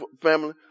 family